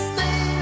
Stay